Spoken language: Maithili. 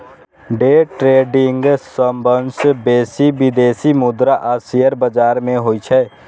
डे ट्रेडिंग सबसं बेसी विदेशी मुद्रा आ शेयर बाजार मे होइ छै